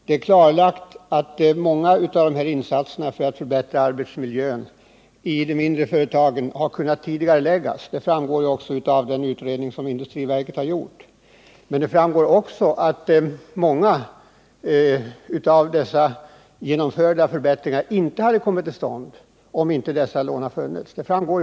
Det är klarlagt att många av insatserna för att förbättra arbetsmiljön i de mindre företagen har kunnat tidigareläggas. Det framgår av den utredning som industriverket har gjort. Det framgår också att många av de genomförda förbättringarna inte hade kommit till stånd, om inte dessa lånemöjligheter hade funnits.